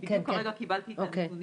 כי בדיוק הרגע קיבלתי את הנתונים.